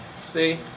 See